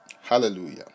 Hallelujah